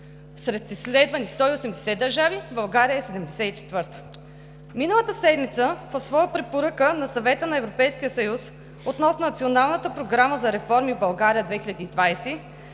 сред изследвани 180 държави, България е 74-та. Миналата седмица в своя препоръка на Съвета на Европейския съюз относно Националната програма за реформи в България 2020,